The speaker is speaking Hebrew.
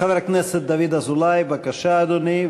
חבר הכנסת דוד אזולאי, בבקשה, אדוני.